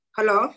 Hello